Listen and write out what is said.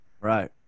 right